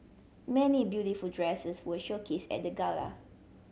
many beautiful dresses were showcased at the gala